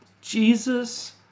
Jesus